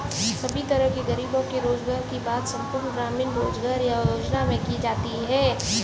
सभी तरह के गरीबों के रोजगार की बात संपूर्ण ग्रामीण रोजगार योजना में की जाती है